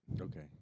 Okay